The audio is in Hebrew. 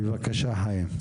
בבקשה חיים.